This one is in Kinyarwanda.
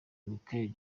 micheal